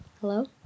hello